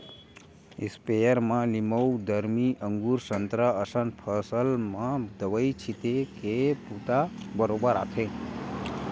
sprayer म लीमउ, दरमी, अगुर, संतरा असन फसल म दवई छिते के बूता बरोबर आथे